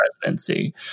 presidency